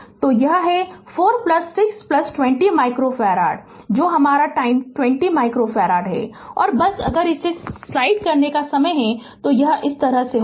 तो यह is 4 6 20 microfarad है जो आपका 30 माइक्रोफ़ारड है और बस अगर इसे स्लाइड करने का समय है तो यह इस तरह होगा